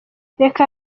reka